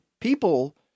People